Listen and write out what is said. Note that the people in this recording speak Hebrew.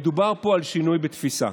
מדובר פה על שינוי בתפיסה.